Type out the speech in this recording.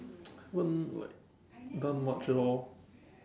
um haven't like done much at all